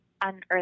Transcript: unearth